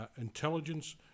intelligence